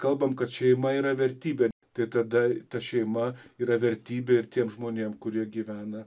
kalbam kad šeima yra vertybė tai tada ta šeima yra vertybė ir tiem žmonėm kurie gyvena